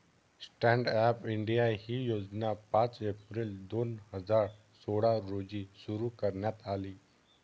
stand up India ही योजना पाच एप्रिल दोन हजार सोळा रोजी सुरु करण्यात आली